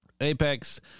Apex